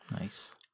Nice